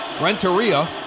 Renteria